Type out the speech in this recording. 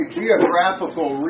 geographical